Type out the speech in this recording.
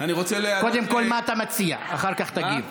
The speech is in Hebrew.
אני רוצה, קודם כול מה אתה מציע, אחר כך תגיב.